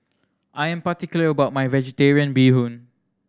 I am particular about my Vegetarian Bee Hoon